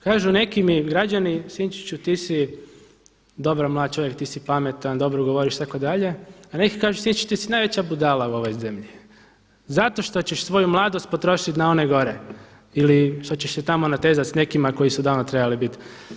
Kažu neki mi građani Sinčiću ti si dobar mlad čovjek, ti si pametan, dobro govoriš itd. a neki kažu Sinčić ti si najveća budala u ovoj zemlji zato što ćeš svoju mladost potrošiti na one gore ili što ćeš se tamo natezati s nekima koji su odavno trebali biti.